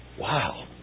Wow